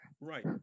Right